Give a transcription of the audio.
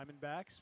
Diamondbacks